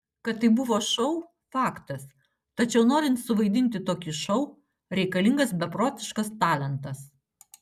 kad tai buvo šou faktas tačiau norint suvaidinti tokį šou reikalingas beprotiškas talentas